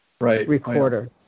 recorder